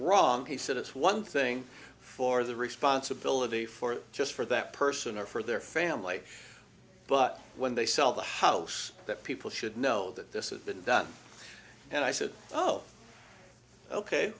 wrong he said it's one thing for the responsibility for just for that person or for their family but when they sell the house that people should know that this has been done and i said oh ok